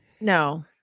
No